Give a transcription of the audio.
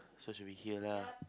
so should we hear lah